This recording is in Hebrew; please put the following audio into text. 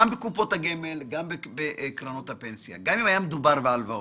גם בקופת הגמל וגם בקרנות הפנסיה גם אם היה מדובר בהלוואות.